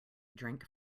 drink